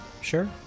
sure